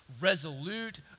resolute